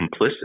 complicit